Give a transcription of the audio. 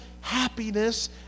happiness